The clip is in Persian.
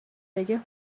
بگه